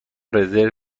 رزرو